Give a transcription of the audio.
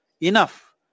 enough